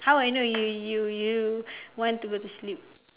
how I know you you you want to go to sleep